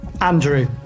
Andrew